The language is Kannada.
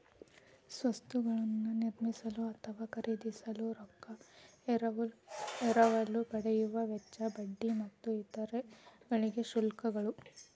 ಸ್ವತ್ತುಗಳನ್ನ ನಿರ್ಮಿಸಲು ಅಥವಾ ಖರೇದಿಸಲು ರೊಕ್ಕಾ ಎರವಲು ಪಡೆಯುವ ವೆಚ್ಚ, ಬಡ್ಡಿ ಮತ್ತು ಇತರ ಗಳಿಗೆ ಶುಲ್ಕಗಳು